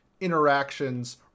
interactions